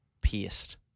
pierced